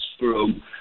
room